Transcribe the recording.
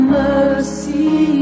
mercy